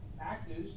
actors